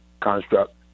construct